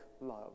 love